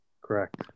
Correct